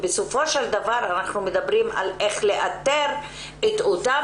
בסופו של דבר אנחנו מדברים על איך לאתר את אותם